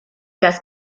das